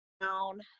down